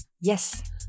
Yes